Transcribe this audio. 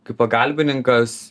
kaip pagalbininkas